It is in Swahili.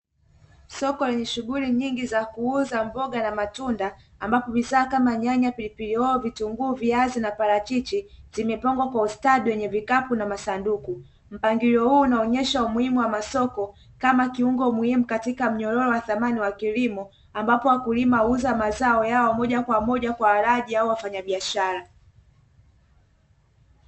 Soko la lenye shughuli nyingi za kuuza mboga na matunda, ambapo bidhaa kama nyanya, pilipili hoho, vitunguu, viazi na parachichi vimepangwa kwa ustadi kwenye vikapu na masanduku. Mpangilio huu unaonyesha umuhimu wa masoko kama kiungo muhimu katika mnyororo wa samani wa kilimo, ambapo wakulima huuza mazao yao moja kwa moja kwa walaji au wafanyabiashara.